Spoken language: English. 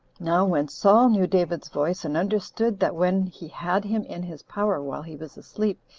now when saul knew david's voice, and understood that when he had him in his power while he was asleep,